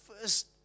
first